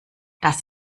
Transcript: das